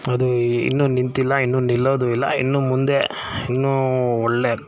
ಅದು ಇನ್ನೂ ನಿಂತಿಲ್ಲ ಇನ್ನು ನಿಲ್ಲೋದು ಇಲ್ಲ ಇನ್ನು ಮುಂದೆ ಇನ್ನೂ ಒಳ್ಳೆ